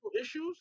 issues